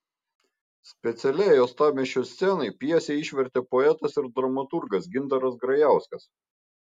specialiai uostamiesčio scenai pjesę išvertė poetas ir dramaturgas gintaras grajauskas